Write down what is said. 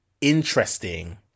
interesting